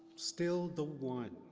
still the one,